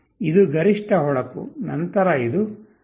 ಇದು ಗರಿಷ್ಠ ಹೊಳಪು ನಂತರ ಇದು 0